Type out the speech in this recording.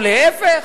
או להיפך?